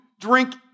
drink